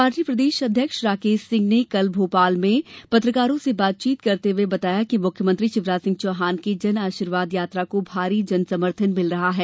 पाटी प्रदेश अध्यक्ष राकेश सिंह ने कल भोपाल में पत्रकारों से बातचीत करते हुए कहा कि मुख्यमंत्री शिवराज सिंह चौहान की जनआशीर्वाद यात्रा को भारी जनसमर्थन मिल रहा है